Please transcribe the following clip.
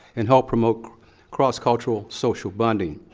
and help promote cross-cultural social bonding.